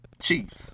Chiefs